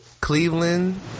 Cleveland